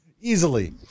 Easily